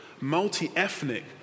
multi-ethnic